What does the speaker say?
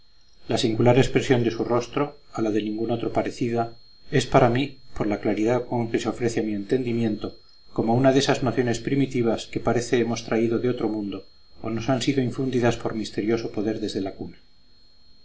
la singular expresión de su rostro a la de ningún otro parecida es para mí por la claridad con que se ofrece a mi entendimiento como una de esas nociones primitivas que parece hemos traído de otro mundo o nos han sido infundidas por misterioso poder desde la cuna